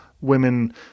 women